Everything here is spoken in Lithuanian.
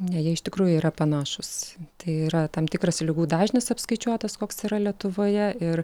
ne jie iš tikrųjų yra panašūs tai yra tam tikras ligų dažnis apskaičiuotas koks yra lietuvoje ir